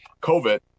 COVID